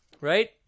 Right